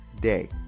day